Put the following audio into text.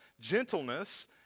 gentleness